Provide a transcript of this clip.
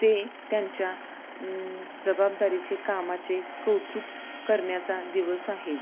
ते त्यांच्या जबाबदारीचे कामाचे कौतुक करण्याचा दिवस आहे